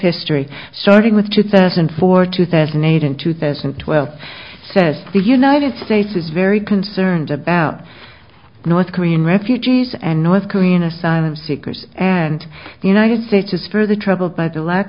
history starting with two thousand and four two thousand and eight in two thousand and twelve says the united states is very concerned about north korean refugees and north korean asylum seekers and the united states is further troubled by the lack